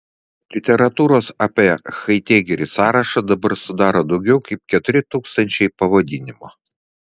literatūros apie haidegerį sąrašą dabar sudaro daugiau kaip keturi tūkstančiai pavadinimų